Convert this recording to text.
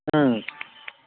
হুম